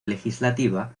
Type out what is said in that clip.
legislativa